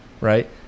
right